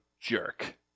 jerk